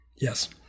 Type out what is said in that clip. Yes